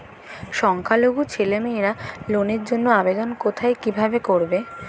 সংখ্যালঘু ছেলেমেয়েরা লোনের জন্য আবেদন কোথায় কিভাবে করবে?